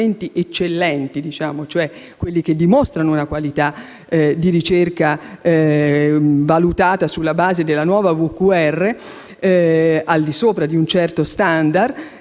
dipartimenti eccellenti, ovvero quelli che dimostrano una qualità di ricerca valutata sulla base della nuova VQR al di sopra di un certo *standard*,